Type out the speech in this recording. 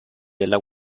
della